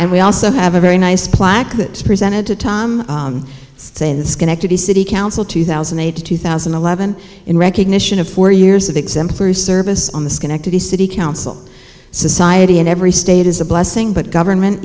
and we also have a very nice plaque that presented to tom say the schenectady city council two thousand and eight to two thousand and eleven in recognition of four years of exemplary service on the schenectady city council society in every state is a blessing but government